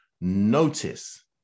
Notice